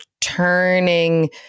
turning